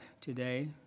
today